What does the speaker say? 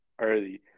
early